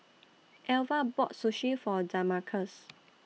Alvah bought Sushi For Damarcus